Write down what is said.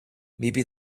maybe